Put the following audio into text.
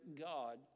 God